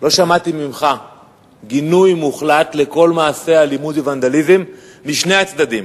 לא שמעתי ממך גינוי מוחלט לכל מעשי האלימות והוונדליזם משני הצדדים.